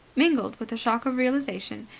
mingled with the shock of realization,